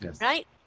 Right